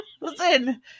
Listen